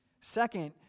Second